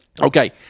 okay